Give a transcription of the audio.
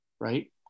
right